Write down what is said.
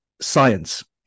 science